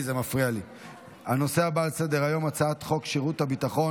הנושא הבא על סדר-היום,